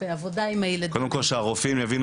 בעבודה עם ילדים --- קודם כל שהרופאים יבינו